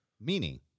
meaning